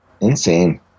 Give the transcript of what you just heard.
Insane